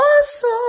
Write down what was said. awesome